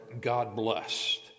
God-blessed